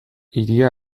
hiria